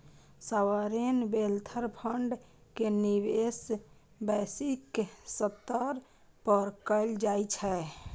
sovereign wealth fund के निवेश वैश्विक स्तर पर कैल जाइ छै